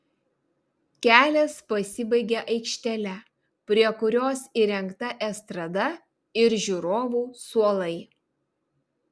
kelias pasibaigia aikštele prie kurios įrengta estrada ir žiūrovų suolai